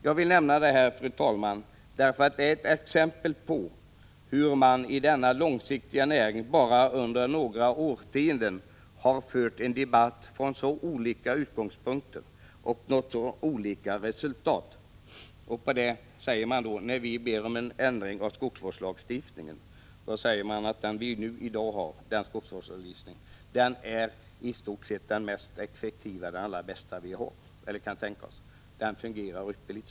Jag vill nämna det här, fru talman, därför att det är exempel på hur man i denna långsiktigt arbetande näring bara under några årtionden har fört debatten från så olika utgångspunkter och nått så olika resultat. När vi ber om en ändring av skogsvårdslagstiftningen säger man att den lagstiftning som gäller i dag är den i stort sett mest effektiva och allra bästa som kan tänkas och att den fungerar ypperligt.